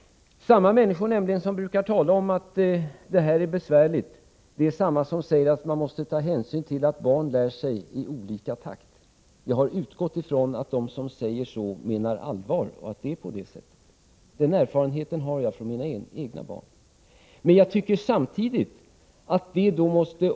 De människor som brukar tala om att detta är besvärligt är nämligen desamma som de som brukar säga att man måste ta hänsyn till att barn lär sig i olika takt. Jag har utgått från att de som säger så menar allvar, och jag har också gjort motsvarande erfarenhet av kontakten med mina egna barn.